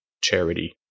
charity